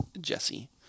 Jesse